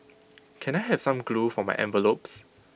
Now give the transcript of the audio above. can I have some glue for my envelopes